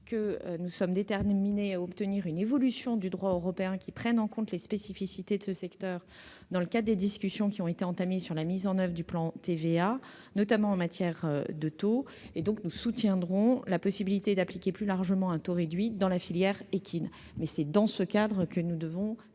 équine. Nous sommes déterminés à obtenir une évolution du droit européen, qui prenne en compte les spécificités de ce secteur, dans le cadre des discussions entamées sur la mise en oeuvre du plan d'action sur la TVA, notamment en matière de taux. Nous soutiendrons la possibilité d'appliquer plus largement un taux réduit dans la filière équine. Tel est le cadre de notre